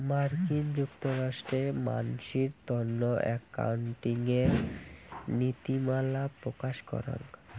মার্কিন যুক্তরাষ্ট্রে মানসির তন্ন একাউন্টিঙের নীতিমালা প্রকাশ করাং